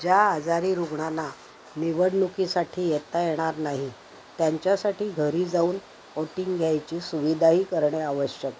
ज्या आजारी रुग्णांना निवडणुकीसाठी येता येणार नाही त्यांच्यासाठी घरी जाऊन ओटिंग घ्यायची सुविधाही करणे आवश्यक